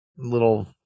Little